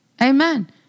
Amen